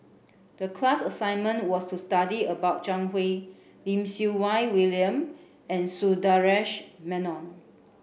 the class assignment was to study about Zhang Hui Lim Siew Wai William and Sundaresh Menon